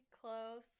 close